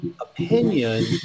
opinion